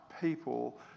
people